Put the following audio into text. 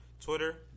Twitter